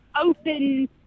open